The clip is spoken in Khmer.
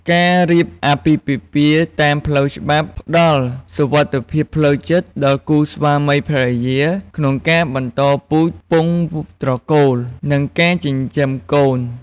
ការរៀបអាពាហ៍ពិពាហ៍តាមផ្លូវច្បាប់ផ្តល់សុវត្ថិភាពផ្លូវចិត្តដល់គូស្វាមីភរិយា ក្នុងការបន្តពូជពង្សត្រកូល និងការចិញ្ចឹមកូន។